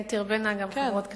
כן תרבינה גם חברות כנסת,